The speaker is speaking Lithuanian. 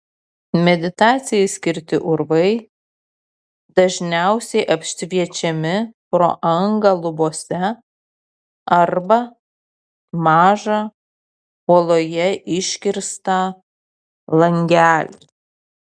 meditacijai skirti urvai dažniausiai apšviečiami pro angą lubose arba mažą uoloje iškirstą langelį